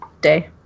day